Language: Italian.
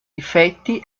difetti